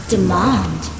Demand